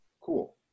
cool